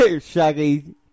Shaggy